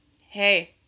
Hey